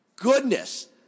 Goodness